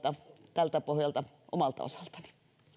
tältä pohjalta omalta osaltani